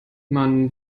man